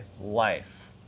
life